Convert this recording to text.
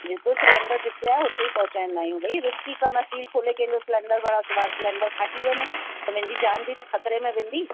जेको सिलेंडर जिते आहे हुते ई पहुचाईंदा आहियूं बई रस्की कमु आहे खोले करे कंहिंजो सिलेंडर भरियां सुभाणे सिलेंडर फाटी वञे त मुंहिंजी जान बि त ख़तरे में वेंदी